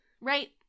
right